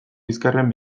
bizkarrean